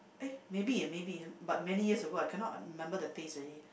eh maybe ya maybe but many years ago I cannot remember the taste already